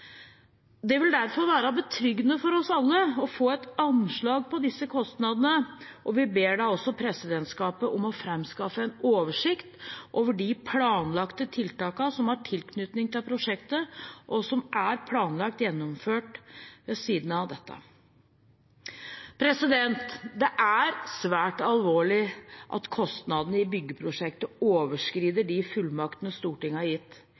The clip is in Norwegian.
Det vil derfor være betryggende for oss alle å få et anslag på disse kostnadene, og vi ber presidentskapet om å framskaffe en oversikt over de planlagte tiltakene som har tilknytning til prosjektet, og som er planlagt gjennomført ved siden av dette. Det er svært alvorlig at kostnadene i byggeprosjektet overskrider de fullmaktene Stortinget har gitt.